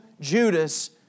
Judas